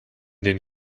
den